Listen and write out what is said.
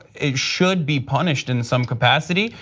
it should be punished in some capacity.